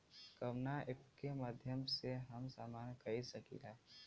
कवना ऐपके माध्यम से हम समान खरीद सकीला?